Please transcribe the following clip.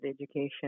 education